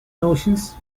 notions